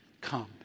Come